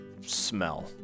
smell